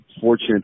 fortunate